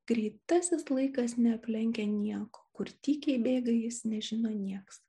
greitasis laikas neaplenkia nieko kur tykiai bėga jis nežino nieks